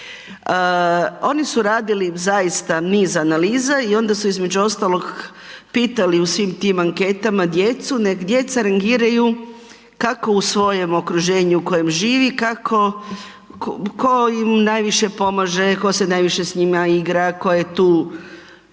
Oni su radili zaista niz analiza i onda su između ostalog pitali u svim tim anketama djecu nek djeca rangiraju kako u svojem okruženju u kojem živi kako, ko im najviše pomaže, ko se najviše s njima igra, ko je tu